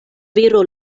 viro